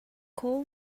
coal